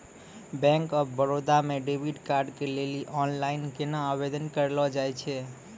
Bank of Baroda मे debit card के लेली आनलाइन केना आवेदन करलो जाय छै?